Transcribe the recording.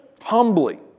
humbly